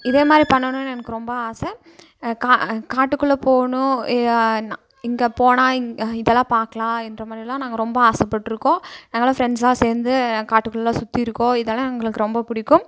இதே மாதிரி பண்ணணுன்னு எனக்கு ரொம்ப ஆசை க காட்டுக்குள்ளே போகணும் இங்கே போனால் இதெல்லாம் பார்க்கலாம் என்ற மாதிரியெல்லாம் நாங்கள் ரொம்ப ஆசைப்பட்டுருக்கோம் நாங்கெல்லாம் ஃப்ரெண்ட்ஸ் எல்லாம் சேர்ந்து காட்டுக்குள்ளே எல்லாம் சுற்றிருக்கோம் இதெல்லாம் எங்களுக்கு ரொம்ப பிடிக்கும்